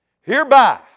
Hereby